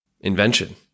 invention